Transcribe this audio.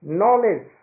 knowledge